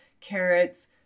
carrots